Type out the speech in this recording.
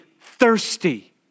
thirsty